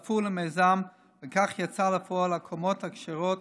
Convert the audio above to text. הצטרף למיזם, וכך יצאו לפועל הקומות הכשרות